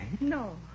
No